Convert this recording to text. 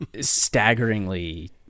staggeringly